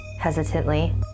hesitantly